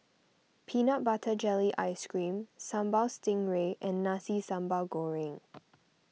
Peanut Butter Jelly Ice Cream Sambal Stingray and Nasi Sambal Goreng